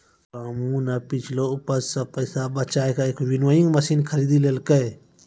रामू नॅ पिछलो उपज सॅ पैसा बजाय कॅ एक विनोइंग मशीन खरीदी लेलकै